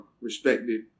respected